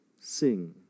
sing